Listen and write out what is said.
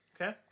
Okay